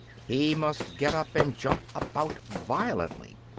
he must get up and jump about violently.